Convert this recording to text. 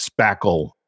Spackle